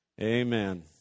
Amen